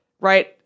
right